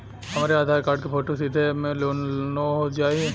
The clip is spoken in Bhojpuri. हमरे आधार कार्ड क फोटो सीधे यैप में लोनहो जाई?